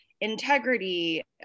integrity